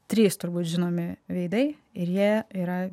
trys turbūt žinomi veidai ir jie yra